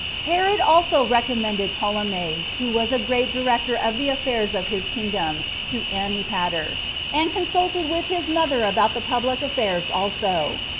herod also recommended ptolemy, who was a great director of the affairs of his kingdom, to antipater and consulted with his mother about the public affairs also.